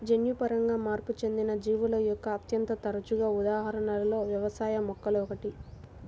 జన్యుపరంగా మార్పు చెందిన జీవుల యొక్క అత్యంత తరచుగా ఉదాహరణలలో వ్యవసాయ మొక్కలు ఒకటి